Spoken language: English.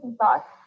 thoughts